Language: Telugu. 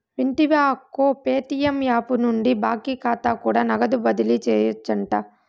వింటివా అక్కో, ప్యేటియం యాపు నుండి బాకీ కాతా కూడా నగదు బదిలీ సేయొచ్చంట